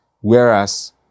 Whereas